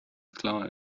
klar